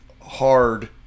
hard